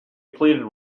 pleaded